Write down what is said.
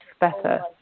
better